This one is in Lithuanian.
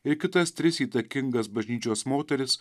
ir kitas tris įtakingas bažnyčios moteris